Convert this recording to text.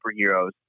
superheroes